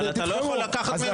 אתה לא יכול לקחת מהם את הזכות.